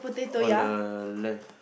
on the left